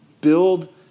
build